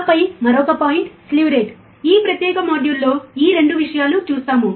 ఆపై మరొక point slew rate ఈ ప్రత్యేక మాడ్యూల్లో ఈ 2 విషయాలు చూస్తాము